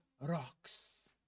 rocks